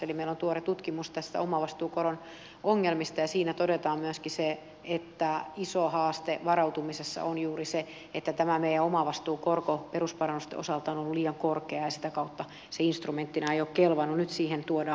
eli meillä on tuore tutkimus tästä omavastuukoron ongelmista ja siinä todetaan myöskin se että iso haaste varautumisessa on juuri se että tämä meidän omavastuukorko perusparannusten osalta on ollut liian korkea ja sitä kautta se instrumenttina ei ole kelvannut